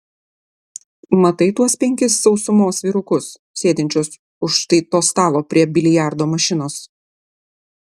matai tuos penkis sausumos vyrukus sėdinčius už štai to stalo prie biliardo mašinos